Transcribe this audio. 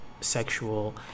sexual